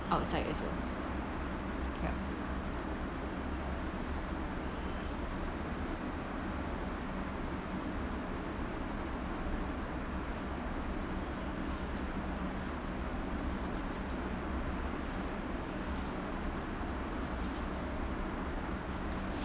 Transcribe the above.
outside as well yup